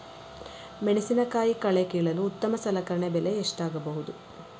ಮೆಣಸಿನಕಾಯಿ ಕಳೆ ಕೀಳಲು ಉತ್ತಮ ಸಲಕರಣೆ ಬೆಲೆ ಎಷ್ಟಾಗಬಹುದು?